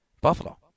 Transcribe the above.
Buffalo